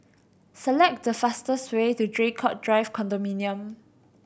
select the fastest way to Draycott Drive Condominium